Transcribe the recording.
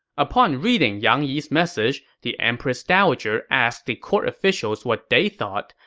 upon reading yang yi's message, the empress dowager asked the court officials what they thought.